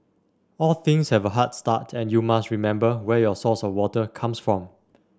all things have a hard start and you must remember where your source of water comes from